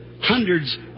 Hundreds